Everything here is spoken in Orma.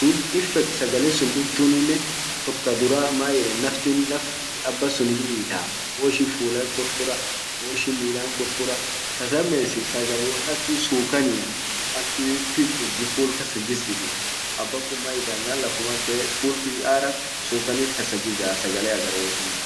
duub effect sagale sun duftunin en tok tadura man yedan nafti naf aba suni hiita woishin fula hinfur furaa woishin Mila hinfur furaa ta lamesit sagale wo akii sukania aki pipulsi ful kasa jisitii aban kun man ita yenan lafuma kee full kun hiara sukanit kasa jigaa sagale agar wonin nyaat.